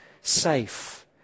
safe